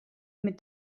mit